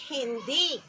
Hindi